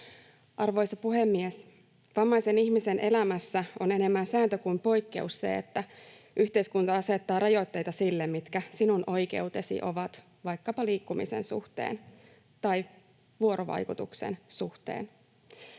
Arvoisa puhemies! Vammaisen ihmisen elämässä on enemmän sääntö kuin poikkeus se, että yhteiskunta asettaa rajoitteita sille, mitkä sinun oikeutesi ovat vaikkapa liikkumisen suhteen tai vuorovaikutuksen suhteen.